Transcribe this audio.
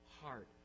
heart